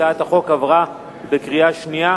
הצעת החוק עברה בקריאה שנייה.